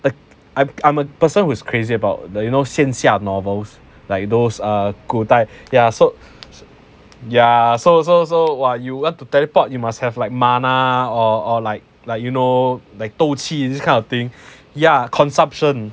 the I I'm a person who is crazy about that you know 线下 novels like those err 古代 ya so ya so it's also like you have to teleport you must have like mana or like like you know they 斗气 this kind of thing yeah consumption